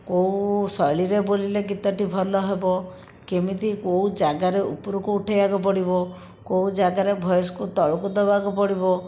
କେଉଁ ଶୈଳୀରେ ବୋଲିଲେ ଗୀତଟି ଭଲ ହେବ କେମିତି କେଉଁ ଜାଗାରେ ଉପରକୁ ଉଠାଇବାକୁ ପଡ଼ିବ କେଉଁ ଜାଗାରେ ଭଏସକୁ ତଳକୁ ଦେବାକୁ ପଡ଼ିବ